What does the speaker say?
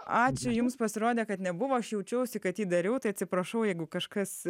ačiū jums pasirodė kad nebuvo aš jaučiausi kad jį dariau tai atsiprašau jeigu kažkas